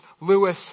Lewis